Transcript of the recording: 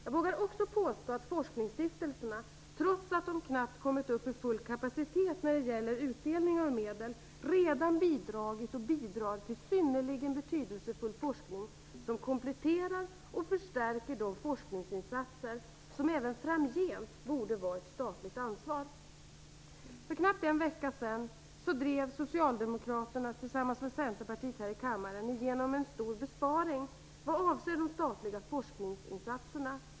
Jag vågar också påstå att forskningsstiftelserna, trots att de knappt kommit upp i full kapacitet när det gäller utdelning av medel, redan bidragit och bidrar till synnerligen betydelsefull forskning, som kompletterar och förstärker de forskningsinsatser som även framgent borde vara ett statligt ansvar. För knappt en vecka sedan drev Socialdemokraterna tillsammans med Centerpartiet igenom en stor besparing vad avser de statliga forskningsinsatserna.